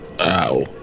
ow